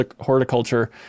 Horticulture